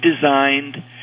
designed